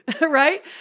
Right